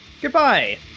Goodbye